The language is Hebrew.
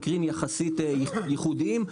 מקרים יחסית ייחודיים,